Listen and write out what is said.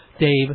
Dave